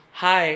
hi